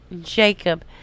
Jacob